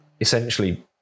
Essentially